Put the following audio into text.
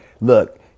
Look